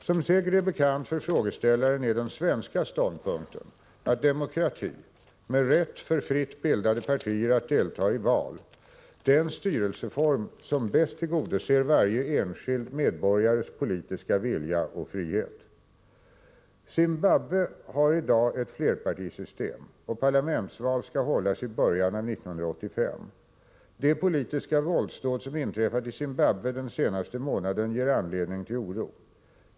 Som säkert är bekant för frågeställaren är den svenska ståndpunkten att demokrati, med rätt för fritt bildade partier att delta i val, är den styrelseform som bäst tillgodoser varje enskild medborgares politiska vilja och frihet. Zimbabwe har i dag ett flerpartisystem och parlamentsval skall hållas i början av 1985. De politiska våldsdåd som inträffat i Zimbabwe den denaste månaden ger anledning till oro.